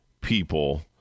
people